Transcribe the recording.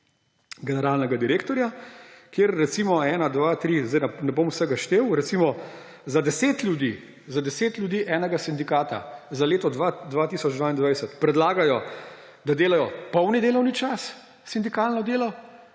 generalnega direktorja, kjer recimo ena, dva, tri, ne bom zdaj vsega štel, recimo za 10 ljudi, za 10 ljudi enega sindikata za leto 2022 predlagajo, da delajo polni delovni čas sindikalno delo,